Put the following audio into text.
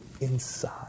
inside